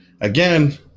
again